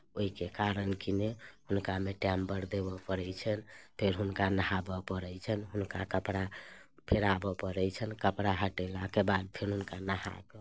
ओहिके कारण किने हुनकामे टाइम बड्ड देबय पड़ैत छनि फेर हुनका नहाबय पड़ैत छनि हुनका कपड़ा पहिराबय पड़ैत छनि कपड़ा हटेलाके बाद फेर हुनका नहा कऽ